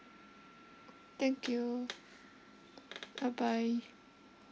thank you bye bye